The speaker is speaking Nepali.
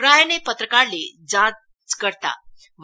प्रायः नै पत्रकारले जाँचकर्ता